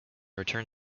return